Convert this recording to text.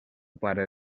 pare